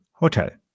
Hotel